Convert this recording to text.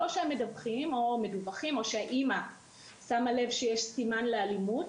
או שהם מדווחים או שהאם שמה לב שיש סימן לאלימות,